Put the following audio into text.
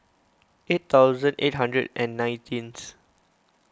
eight thousand eight hundred and nineteenth